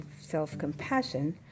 self-compassion